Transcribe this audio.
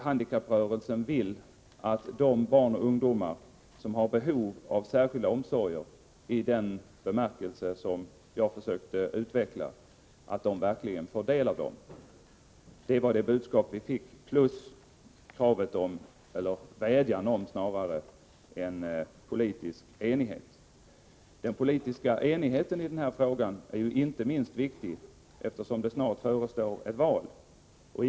Handikapprö relsen vill att de barn och ungdomar som har behov av särskilda omsorger, i den bemärkelse som jag försökte utveckla, verkligen får del av dem. Det var det budskap vi fick plus en vädjan om politisk enighet. Den politiska enigheten i den här frågan är inte minst viktigt eftersom det förestår ett val inom snar framtid.